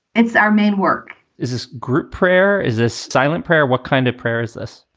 it's our main work is this group. prayer is a silent prayer. what kind of prayer is this?